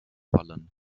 fallen